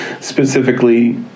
specifically